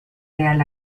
real